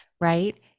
right